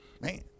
Man